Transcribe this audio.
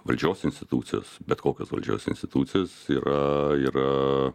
valdžios institucijos bet kokios valdžios institucijos yra yra